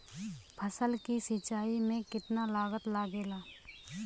फसल की सिंचाई में कितना लागत लागेला?